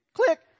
Click